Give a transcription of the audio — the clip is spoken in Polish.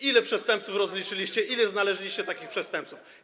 Ilu przestępców rozliczyliście, ilu znaleźliście takich przestępców?